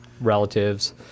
relatives